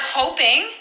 hoping